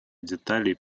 деталей